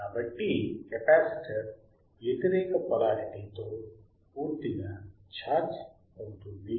కాబట్టి కెపాసిటర్ వ్యతిరేక పొలారిటీ తో పూర్తిగా ఛార్జ్ అవుతుంది